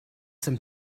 some